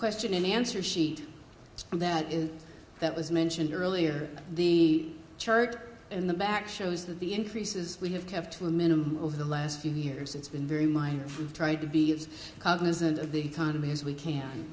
question in answer sheet and that is that was mentioned earlier the chart in the back shows that the increases we have have to a minimum over the last few years it's been very minor tried to be cognizant of the time as we can